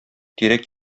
тирәк